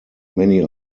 many